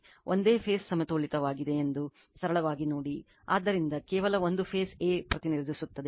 ಒಂದೇ ಫೇಸ್ ಸಮತೋಲಿತವಾಗಿದೆಯೆಂದು ಸರಳವಾಗಿ ನೋಡಿ ಆದ್ದರಿಂದ ಕೇವಲ ಒಂದು ಫೇಸ್ a ಪ್ರತಿನಿಧಿಸುತ್ತದೆ